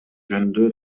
жөнүндө